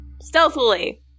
stealthily